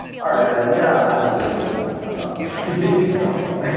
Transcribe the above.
alright, man. yeah, i'm just wasting my time. i'm not gonna drop out